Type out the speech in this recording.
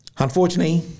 Unfortunately